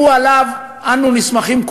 עליו אנו נסמכים,